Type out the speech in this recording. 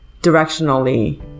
directionally